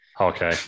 Okay